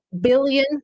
billion